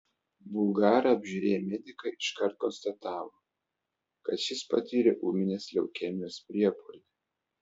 bulgarą apžiūrėję medikai iškart konstatavo kad šis patyrė ūminės leukemijos priepuolį